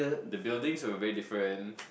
the buildings were very different